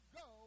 go